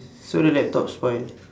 so the laptop spoil